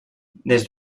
des